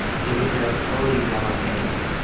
it was their early demo takes.